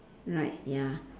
right ya